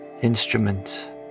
instrument